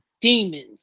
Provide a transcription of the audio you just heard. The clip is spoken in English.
demons